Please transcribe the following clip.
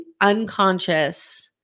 unconscious